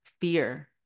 fear